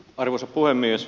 arvoisa puhemies